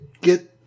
get